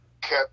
kept